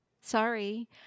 Sorry